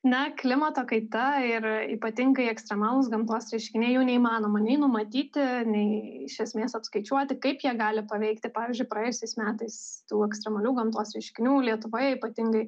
na klimato kaita ir ypatingai ekstremalūs gamtos reiškiniai jų neįmanoma nei numatyti nei iš esmės apskaičiuoti kaip jie gali paveikti pavyzdžiui praėjusiais metais tų ekstremalių gamtos reiškinių lietuvoje ypatingai